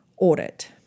audit